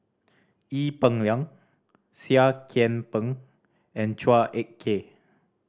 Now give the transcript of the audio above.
Ee Peng Liang Seah Kian Peng and Chua Ek Kay